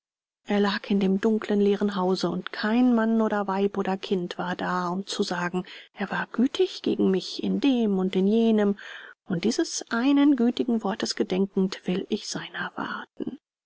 er lag in dem dunklen leeren hause und kein mann oder weib oder kind war da um zu sagen er war gütig gegen mich in dem und in jenem und dieses einen gütigen wortes gedenkend will ich seiner warten